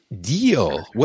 deal